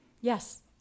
Yes